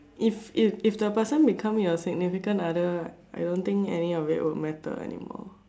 if if if the person become your significant other I don't think any of it would matter anymore